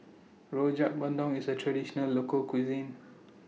Rojak Bandung IS A Traditional Local Cuisine